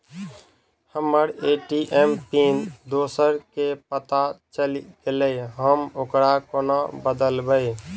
हम्मर ATM PIN दोसर केँ पत्ता चलि गेलै, हम ओकरा कोना बदलबै?